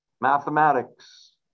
mathematics